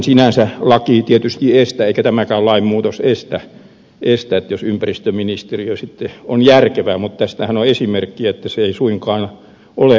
eihän laki sinänsä tietysti estä eikä tämäkään lainmuutos estä sitä jos ympäristöministeriö sitten on järkevä mutta tästähän on esimerkkejä että se ei suinkaan ole sitä ollut